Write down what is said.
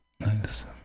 Nice